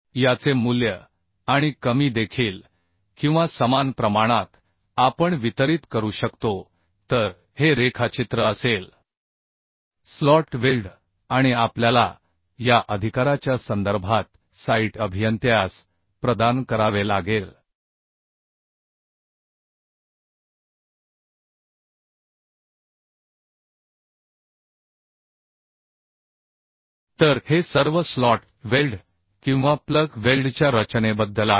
याचे मूल्य आणि कमी देखील किंवा समान प्रमाणात आपण वितरित करू शकतो तर हे रेखाचित्र असेल स्लॉट वेल्ड आणि आपल्याला या अधिकाराच्या संदर्भात साइट अभियंत्यास प्रदान करावे लागेल तर हे सर्व स्लॉट वेल्ड किंवा प्लग वेल्डच्या रचनेबद्दल आहे